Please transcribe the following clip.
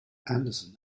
anderson